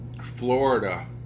Florida